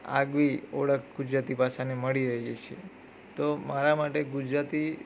આગવી ઓળખ ગુજરાતી ભાષાને મળી રહેલી છે તો મારા માટે ગુજરાતી